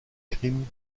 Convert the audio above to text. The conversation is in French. crimes